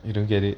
you don't get it